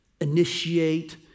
initiate